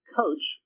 coach